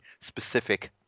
specific